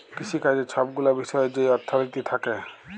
কিসিকাজের ছব গুলা বিষয় যেই অথ্থলিতি থ্যাকে